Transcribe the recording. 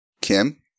Kim